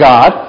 God